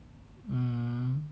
mm